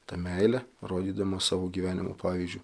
ta meile rodydamas savo gyvenimo pavyzdžiu